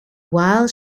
while